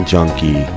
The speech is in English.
Junkie